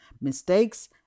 Mistakes